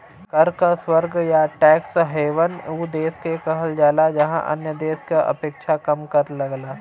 कर क स्वर्ग या टैक्स हेवन उ देश के कहल जाला जहाँ अन्य देश क अपेक्षा कम कर लगला